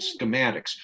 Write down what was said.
schematics